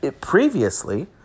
previously